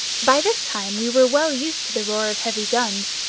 by this time we were well used to the roar of heavy guns,